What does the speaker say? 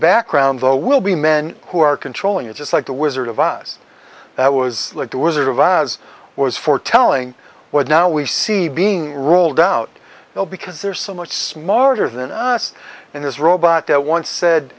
background though will be men who are controlling it just like the wizard of oz that was like the wizard of oz was foretelling what now we see being rolled out well because there's so much smarter than us in this robot that once said